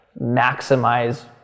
maximize